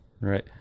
right